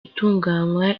itunganywa